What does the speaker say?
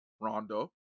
Rondo